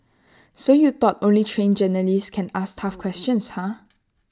so you thought only trained journalists can ask tough questions huh